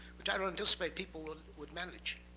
which i don't anticipate people would manage.